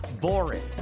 boring